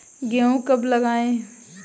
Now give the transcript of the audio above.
गेहूँ कब लगाएँ?